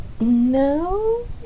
No